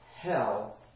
hell